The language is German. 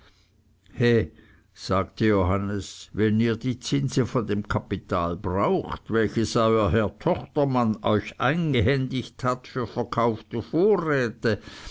he sagte johannes wenn ihr die zinse von dem kapital braucht welches euer herr tochtermann euch eingehändigt hat für verkaufte vorräte